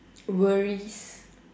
worries